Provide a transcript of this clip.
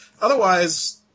Otherwise